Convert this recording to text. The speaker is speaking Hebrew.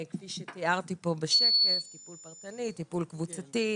כפי שתיארתי פה בשקף: טיפול פרטני, טיפול קבוצתי.